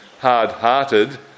hard-hearted